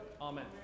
Amen